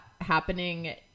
happening